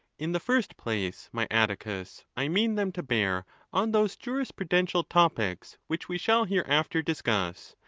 in the first place, my atticus, i mean them to bear on those jurisprudential topics which we shall hereafter discuss,